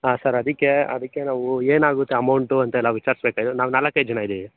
ಹಾಂ ಸರ್ ಅದಕ್ಕೆ ಅದಕ್ಕೆ ನಾವು ಏನಾಗುತ್ತೆ ಅಮೌಂಟು ಅಂತೆಲ್ಲ ವಿಚಾರಿಸ್ಬೇಕಾಗಿತ್ತು ನಾವು ನಾಲ್ಕೈದು ಜನ ಇದ್ದೀವಿ